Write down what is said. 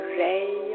ray